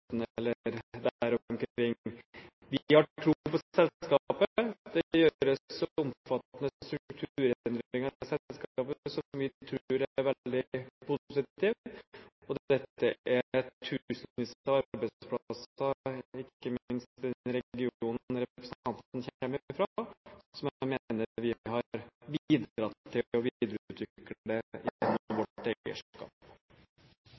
omfattende strukturendringer i selskapet som vi tror er veldig positive. Dette gjelder tusenvis av arbeidsplasser, ikke minst i den regionen representanten kommer fra, som jeg mener vi har bidratt til å videreutvikle